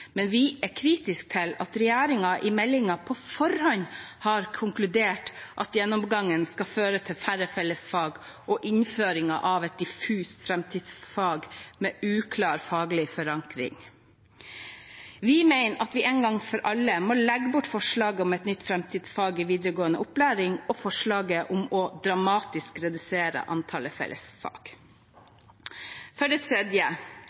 men vi er kritiske til at regjeringen i meldingen på forhånd har konkludert at gjennomgangen skal føre til færre fellesfag, og innføringen av et diffust framtidsfag med uklar faglig forankring. Vi mener at vi en gang for alle må legge bort forslaget om et nytt framtidsfag i videregående opplæring og forslaget om å dramatisk redusere antallet fellesfag. For det tredje: